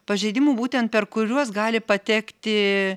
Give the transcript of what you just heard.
pažeidimų būtent per kuriuos gali patekti